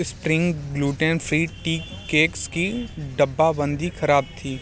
spring gluten free tea cakes की डब्बाबंदी ख़राब थी